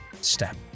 step